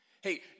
Hey